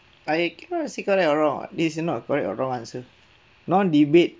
I cannot say correct or wrong [what] this is not a correct or wrong answer non-debate